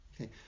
Okay